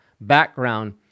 background